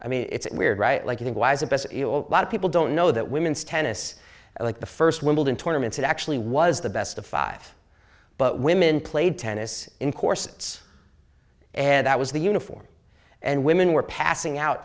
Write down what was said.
i mean it's weird right like a lot of people don't know that women's tennis like the first wimbledon tournament actually was the best of five but women played tennis in corsets and that was the uniform and women were passing out